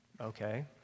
okay